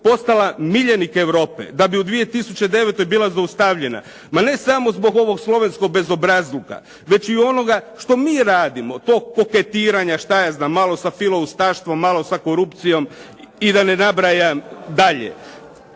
postala miljenik Europe da bi u 2009. bila zaustavljena, ma ne samo zbog ovog slovenskog bezobrazluka već i onoga što mi radimo. Tog koketiranja šta ja znam, malo sam filao ustaštvo, malo sa korupcijom i da ne nabrajam dalje.